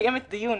לדעת